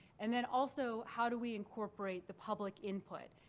and then also, how do we incorporate the public input?